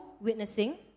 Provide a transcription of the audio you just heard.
witnessing